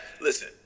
listen